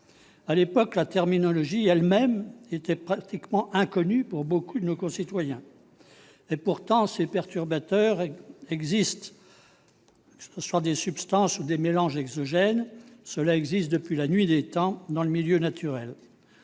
À l'époque, la terminologie elle-même était pratiquement inconnue pour nombre de nos concitoyens. Pourtant, les perturbations du système endocrinien par des substances ou des mélanges exogènes existent depuis la nuit des temps dans le milieu naturel.